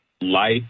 life